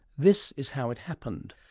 this is how it happened.